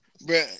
bro